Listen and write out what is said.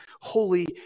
holy